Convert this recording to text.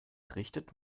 richtet